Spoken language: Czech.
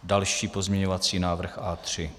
Další pozměňovací návrh A3.